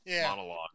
monologue